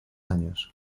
años